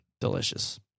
Delicious